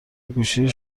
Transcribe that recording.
گوشی